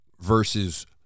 versus